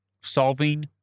solving